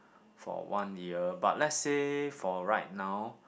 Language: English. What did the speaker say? for one year but let's say for right now